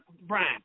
Brian